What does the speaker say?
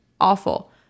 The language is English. awful